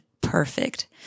perfect